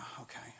okay